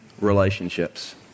relationships